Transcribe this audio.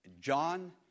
John